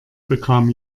bekam